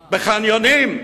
בחניונים,